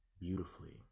beautifully